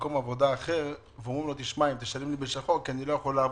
למקום עבודה אחר ואומרים לו תשלם לי בשחור כי אני לא יכול לעבוד,